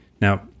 Now